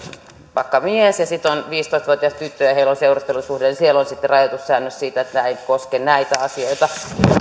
vaikka mies ja sitten on viisitoista vuotias tyttö ja heillä on seurustelusuhde eli siellä on sitten rajoitussäännös siitä että tämä ei koske näitä asioita